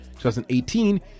2018